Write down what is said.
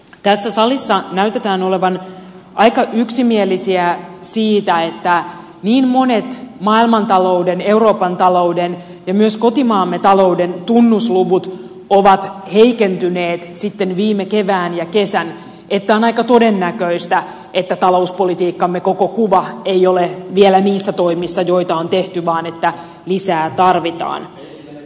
tässä salissa näytetään olevan aika yksimielisiä siitä että niin monet maailmantalouden euroopan talouden ja myös kotimaamme talouden tunnusluvut ovat heikentyneet sitten viime kevään ja kesän että on aika todennäköistä että talouspolitiikkamme koko kuva ei ole vielä niissä toimissa joita on tehty vaan lisää tarvitaan